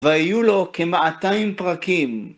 והיו לו כמאתיים פרקים.